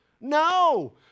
No